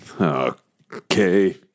Okay